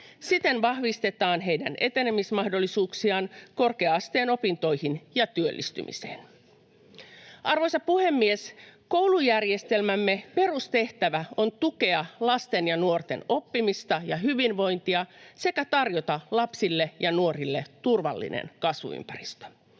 Siten vahvistetaan heidän etenemismahdollisuuksiaan korkea-asteen opintoihin ja työllistymiseen. Arvoisa puhemies! Koulujärjestelmämme perustehtävä on tukea lasten ja nuorten oppimista ja hyvinvointia sekä tarjota lapsille ja nuorille turvallinen kasvuympäristö.